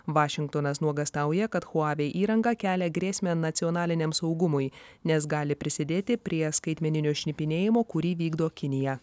vašingtonas nuogąstauja kad huawei įranga kelia grėsmę nacionaliniam saugumui nes gali prisidėti prie skaitmeninio šnipinėjimo kurį vykdo kinija